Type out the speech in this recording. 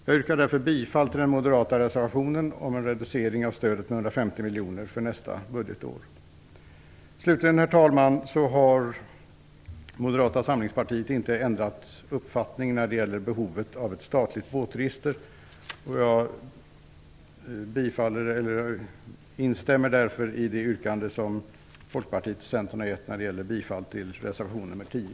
Jag yrkar därför bifall till den moderata reservationen om en reducering av stödet med 150 miljoner för nästa budgetår. Herr talman! Slutligen vill jag säga att Moderata samlingspartiet inte har ändrat uppfattning när det gäller behovet av ett statligt båtregister. Jag instämmer därför i det yrkande som Folkpartiet och Centern har framfört när det gäller reservation 10.